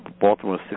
Baltimore